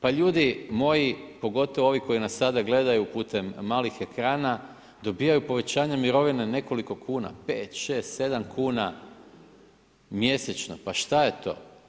Pa ljudi moji, pogotovo ovi koji nas sada gledaju putem malih ekrana dobijaju povećanje mirovine nekoliko kuna 5,6,7 kuna mjesečno, pa šta je to?